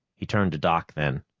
he turned to doc then.